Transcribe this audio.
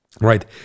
right